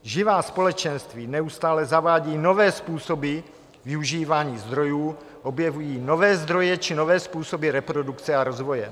Živá společenství neustále zavádějí nové způsoby využívání zdrojů, objevují nové zdroje či nové způsoby reprodukce a rozvoje.